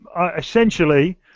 essentially